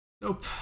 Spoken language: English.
Nope